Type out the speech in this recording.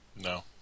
No